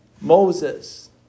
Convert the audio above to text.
Moses